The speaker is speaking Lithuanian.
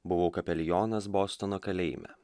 buvau kapelionas bostono kalėjime